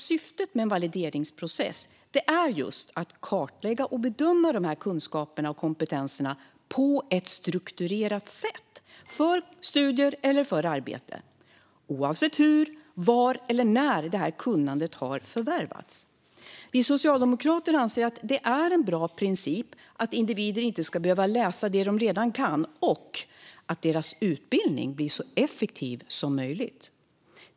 Syftet med en valideringsprocess är just att kartlägga och bedöma dessa kunskaper och kompetenser på ett strukturerat sätt, för studier eller arbete - oavsett hur, var eller när kunnandet har förvärvats. Vi socialdemokrater anser att det är en bra princip att individer inte ska behöva läsa det de redan kan och att deras utbildning blir så effektiv som möjligt.